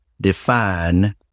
define